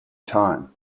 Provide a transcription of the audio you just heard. time